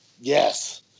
Yes